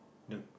the